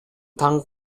таң